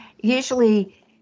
usually